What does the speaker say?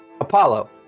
Apollo